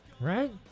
Right